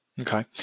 Okay